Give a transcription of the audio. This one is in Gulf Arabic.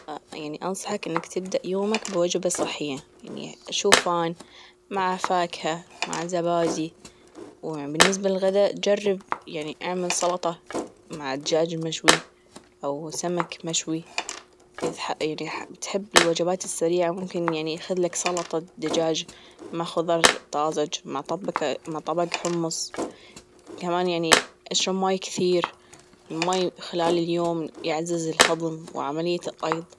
يعني أنصحك إنك تبدأ يومك بوجبة صحية، يعني شوفان مع فاكهة مع زبادي وبالنسبة للغداء جرب يعني إعمل سلطة مع الدجاج المشوي أو سمك مشوي إذا بتحب الوجبات السريعة ممكن يعني خذلك سلطة دجاج مع خضار طازج مع طبق حمص كمان يعني إشرب مي كثير المي خلال اليوم يعزز الهضم وعملية الأيض.